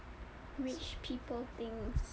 rich people things